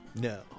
No